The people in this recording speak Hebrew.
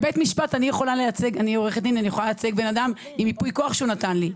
אני יכולה לייצג בבית משפט אדם עם ייפוי כוח שהוא נתן לי.